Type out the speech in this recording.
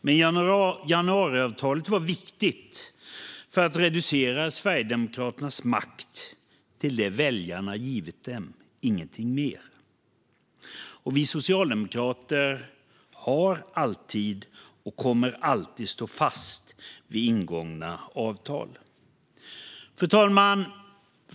Men januariavtalet var viktigt för att reducera Sverigedemokraternas makt till den som väljarna givit dem - ingenting mer. Och vi socialdemokrater har alltid stått fast, och kommer alltid att stå fast, vid ingångna avtal. Fru talman!